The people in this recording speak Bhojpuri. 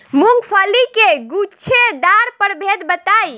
मूँगफली के गूछेदार प्रभेद बताई?